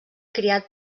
criat